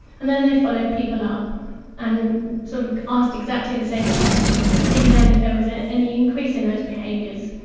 and then they'd followed people up and sort of asked exactly the same questions to see then if there was ah any increase in those behaviours.